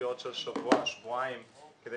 דחיות של שבוע, שבועיים כדי